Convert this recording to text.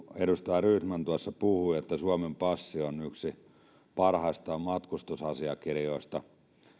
edustaja rydman tuossa puhui että suomen passi on yksi parhaista matkustusasiakirjoista